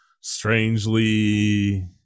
strangely